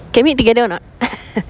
can meet together or not